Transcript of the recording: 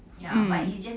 mm